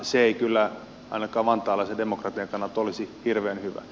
se ei kyllä ainakaan vantaalaisen demokratian kannalta olisi hirveän hyvä